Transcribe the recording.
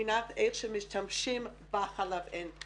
מבחינת איך משתמשים בחלב האם.